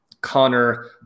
Connor